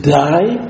die